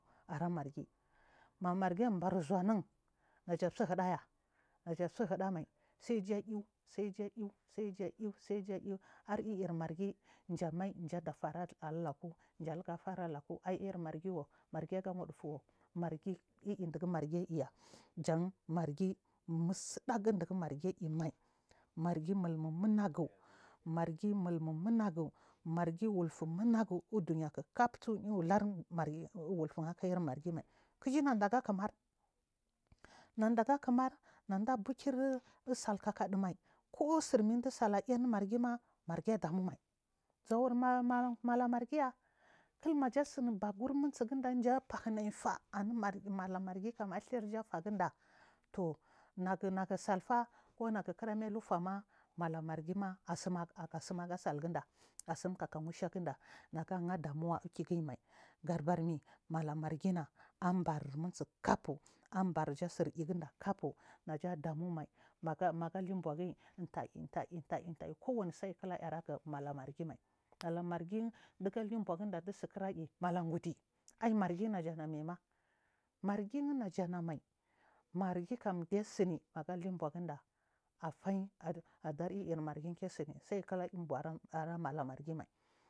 Ara margi mamargi anba zhumi naja tsu hiɗaya naja tsuhird ama sai ja iaw sa janw sai tiaw sej aiw saja ar iir margi jamai ɗagaa alulauk jeligafuralauk ai iirmargiwo margi aga wuɗdufu diguɗigu margi iya musuɗagu ɗegu margi ziimai margi mumu munagu margi wulfu munagu uduniya k kab yilur wulfu akai maargi mai kijinanda ga kimar neeɗa ga kimar naburkirsal kaka ɗumai ko sir midu tsel ayi nummergima margi aɗamumai zuwarmar malamargiya ky najasubagur munsuginda janfa lunam dash aninumalamargi kam athurya fegiɗangu nagu tsalllfa konagu kira mai lifama. alamar gima tsim ga salgunɗa atsumka kanushagida negaha ɗamuwa oikigimai ga dabar mai mala margina anbarnunsu kabfu an barja thir iyu gunda kabfu neya clamumai na naga hi buagi tay taiy taiy kowani su aya fula mala margi mai matamargi ɗiga lio buagida chisikiral mala gudi aiy marginajama maima margina jamai kamkesmi maga linbu gidai abar iir saikara unba ara malama rgimai.